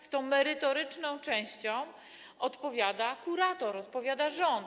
z tą merytoryczną częścią, odpowiada kurator, odpowiada rząd.